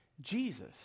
Jesus